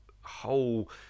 whole